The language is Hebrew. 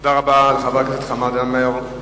תודה רבה לחבר הכנסת חמד עמאר.